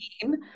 team